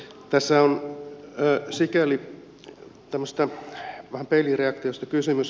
tässä on sikäli vähän tämmöisestä peilireaktiosta kysymys